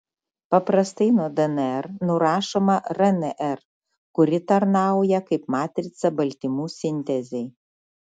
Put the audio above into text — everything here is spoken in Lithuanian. paprastai nuo dnr nurašoma rnr kuri tarnauja kaip matrica baltymų sintezei